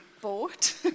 bought